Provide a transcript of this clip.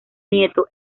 nieto